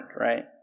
right